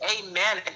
Amen